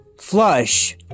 Flush